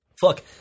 Fuck